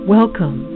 Welcome